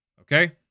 Okay